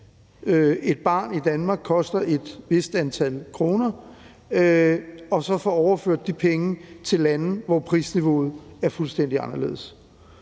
et barn i Danmark koster et vist antal kroner, og så får man overført de penge til lande, hvor prisniveauet er fuldstændig anderledes.